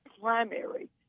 primary